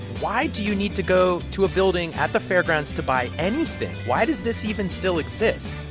why do you need to go to a building at the fairgrounds to buy anything? why does this even still exist?